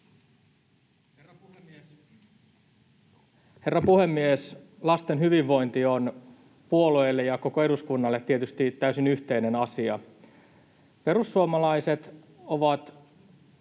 Herra puhemies! Lasten hyvinvointi on puolueille ja koko eduskunnalle tietysti täysin yhteinen asia. Perussuomalaiset ovat